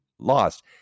lost